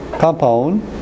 Compound